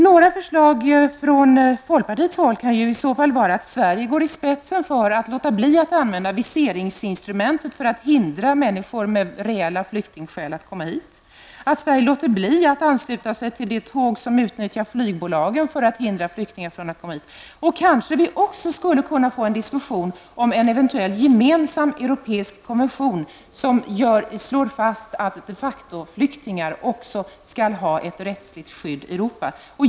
Några förslag från folkpartiet kan i så fall vara att Sverige går spetsen för att låta bli att använda viseringsintrumentet för att hindra människor med rejäla flyktingskäl att komma hit, att Sverige låter bli att ansluta sig till det tåg som utnyttjar flygbolagen för hindra flyktingar från att komma hit. Kanske skulle vi också kunna få en diskussion om en eventuell gemensam europeisk konvention som slår fast att de facto-flyktingar också ska ha ett rättsskydd i Europa.